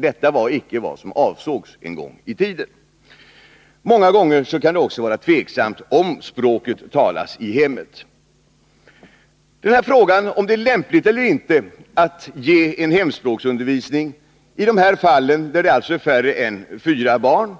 Detta var icke vad som avsågs en gång i tiden. Många gånger kan det också vara tveksamt om språket talas i hemmet. Frågan om det är lämpligt eller inte att ge en hemspråksundervisning i de fall där det är färre än fyra barn